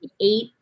eight